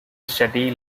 study